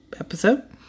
episode